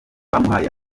bamuhaye